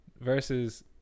Versus